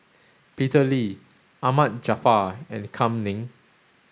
Peter Lee Ahmad Jaafar and Kam Ning